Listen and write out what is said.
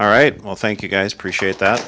all right well thank you guys appreciate that